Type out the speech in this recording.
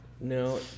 No